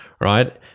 right